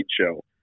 show